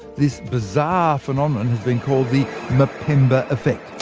this bizarre phenomenon has been called the mpemba effect.